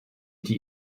die